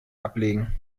ablegen